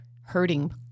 hurting